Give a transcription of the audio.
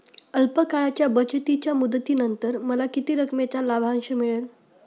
अल्प काळाच्या बचतीच्या मुदतीनंतर मला किती रकमेचा लाभांश मिळेल?